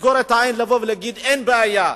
לסגור את העיניים ולהגיד: אין בעיה.